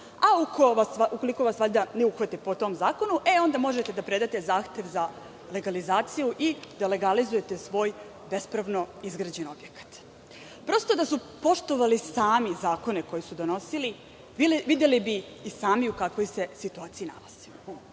a ukoliko vas ne uhvate po tom zakonu, onda možete da predate zahtev za legalizaciju i da legalizujete svoj bespravno izgrađeni objekat. Da su poštovali sami zakone koje su donosili, videli bi i sami u kakvoj se situaciji nalaze.Međutim,